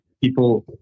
People